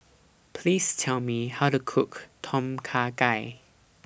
Please Tell Me How to Cook Tom Kha Gai